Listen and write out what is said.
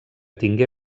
tingué